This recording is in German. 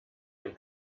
dem